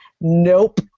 nope